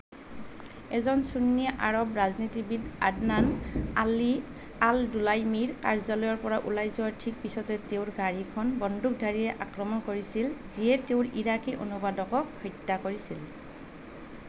এজন চুন্নী আৰৱ ৰাজনীতিবিদ আদনান আল দুলাইমীৰ কাৰ্যালয়ৰ পৰা ওলাই যোৱাৰ ঠিক পিছতে তেওঁৰ গাড়ীখন বন্দুকধাৰীয়ে আক্ৰমণ কৰিছিল যিয়ে তেওঁৰ ইৰাকী অনুবাদকক হত্যা কৰিছিল